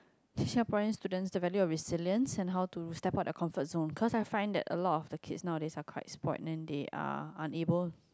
teach Singaporean students the value of resilience and how to step out their comfort zone cause I find that a lot of the kids nowadays are quite spoilt then they are unable